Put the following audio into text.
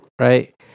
right